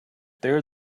there